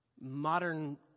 modern